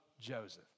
Joseph